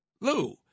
Lou